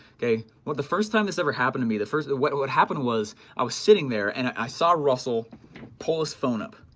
okay, the first time this ever happened to me, the first, what what happened was i was sitting there and i saw russell pull his phone up,